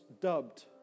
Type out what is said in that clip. dubbed